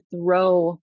throw